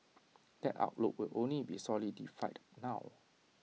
that outlook will only be solidified now